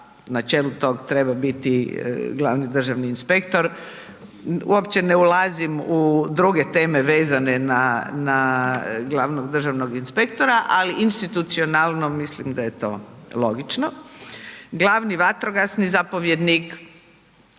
na čelu tog treba biti glavni državni inspektor, uopće ne ulazim u druge teme vezane na glavnog državnog inspektora, ali institucionalno mislim da je to logično, glavni vatrogasni zapovjednik,